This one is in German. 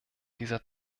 dieser